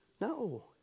No